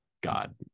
God